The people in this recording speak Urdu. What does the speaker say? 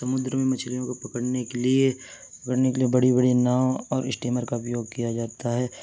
سمندر میں مچھلیوں کو پکڑنے کے لیے پکڑنے کے لیے بڑی بڑی ناؤ اور اشٹیمر کا اپیوگ کیا جاتا ہے